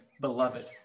beloved